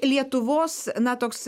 lietuvos na toks